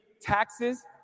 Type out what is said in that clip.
taxes